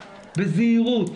בזהירות,